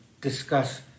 discuss